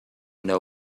know